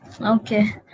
Okay